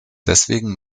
deswegen